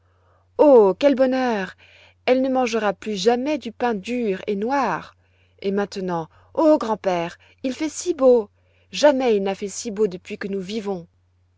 oh quel bonheur elle ne mangera plus jamais du pain dur et noir et maintenant oh grand-père il fait si beau jamais il n'a fait si beau depuis que nous vivons